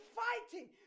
fighting